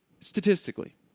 Statistically